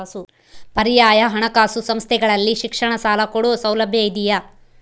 ಪರ್ಯಾಯ ಹಣಕಾಸು ಸಂಸ್ಥೆಗಳಲ್ಲಿ ಶಿಕ್ಷಣ ಸಾಲ ಕೊಡೋ ಸೌಲಭ್ಯ ಇದಿಯಾ?